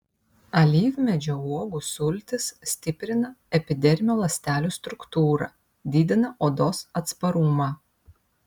alyvmedžio uogų sultys stiprina epidermio ląstelių struktūrą didina odos atsparumą